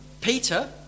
Peter